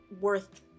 worth